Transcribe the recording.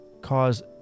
cause